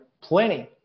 Plenty